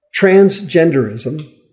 transgenderism